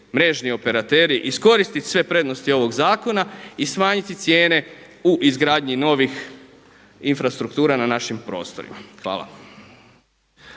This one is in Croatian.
mrežni operateri iskoristiti sve prednosti ovoga zakona i smanjiti cijene u izgradnji novih infrastruktura na našim prostorima. Hvala.